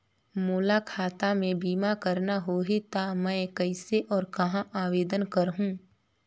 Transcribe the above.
मोला खाता मे बीमा करना होहि ता मैं कइसे और कहां आवेदन करहूं?